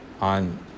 on